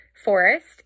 Forest